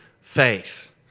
faith